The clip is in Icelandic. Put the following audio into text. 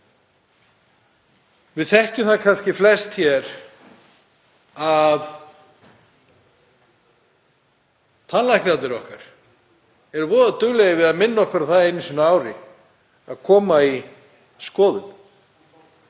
Við þekkjum það kannski flest hér að tannlæknarnir okkar eru voða duglegir við að minna okkur á það einu sinni á ári að koma í skoðun,